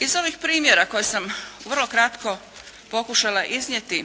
Iz ovih primjera koje sam vrlo kratko pokušala iznijeti